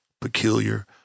peculiar